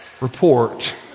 report